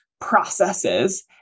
processes